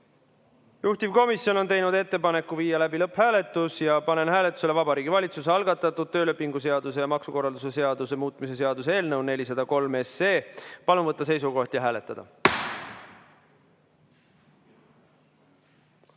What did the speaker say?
Juhtivkomisjon on teinud ettepaneku viia läbi lõpphääletus. Panen hääletusele Vabariigi Valitsuse algatatud töölepingu seaduse ja maksukorralduse seaduse muutmise seaduse eelnõu 403. Palun võtta seisukoht ja hääletada!